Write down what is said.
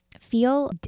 feel